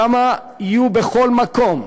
כמה יהיו בכל מקום.